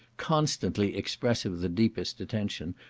constantly expressive of the deepest attention,